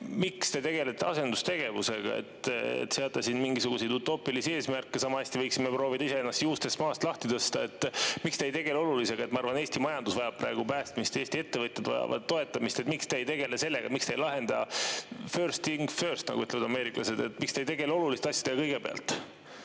Miks te tegelete asendustegevusega? Te seate siin mingisuguseid utoopilisi eesmärke, sama hästi võiksime proovida iseennast juustest maast lahti tõsta. Miks te ei tegele olulisega? Ma arvan, et Eesti majandus vajab praegu päästmist, Eesti ettevõtjad vajavad toetamist. Miks te ei tegele sellega [põhimõttel]first things first, nagu ütlevad ameeriklased? Miks te ei tegele oluliste asjadega kõigepealt?